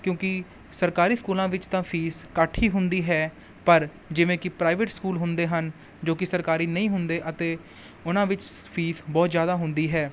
ਕਿਉਂਕਿ ਸਰਕਾਰੀ ਸਕੂਲਾਂ ਵਿੱਚ ਤਾਂ ਫੀਸ ਘੱਟ ਹੀ ਹੁੰਦੀ ਹੈ ਪਰ ਜਿਵੇਂ ਕਿ ਪ੍ਰਾਈਵੇਟ ਸਕੂਲ ਹੁੰਦੇ ਹਨ ਜੋ ਕਿ ਸਰਕਾਰੀ ਨਹੀਂ ਹੁੰਦੇ ਅਤੇ ਉਹਨਾਂ ਵਿੱਚ ਸ ਫੀਸ ਬਹੁਤ ਜ਼ਿਆਦਾ ਹੁੰਦੀ ਹੈ